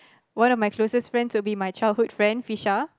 one of my closest friend will be my childhood friend Fisha